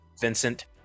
vincent